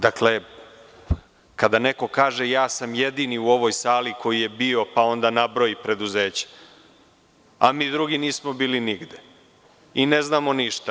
Dakle, kada neko kaže – ja sam jedini u ovoj sali koji je bio, pa onda nabroji preduzeća, a mi drugi nismo bili nigde i ne znamo ništa.